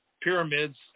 pyramids